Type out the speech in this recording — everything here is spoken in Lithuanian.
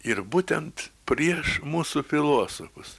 ir būtent prieš mūsų filosofus